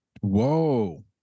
Whoa